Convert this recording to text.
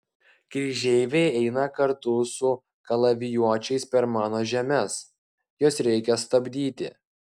kryžeiviai eina kartu su kalavijuočiais per mano žemes juos reikia stabdyti